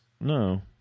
No